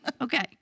Okay